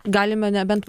galime nebent